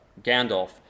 Gandalf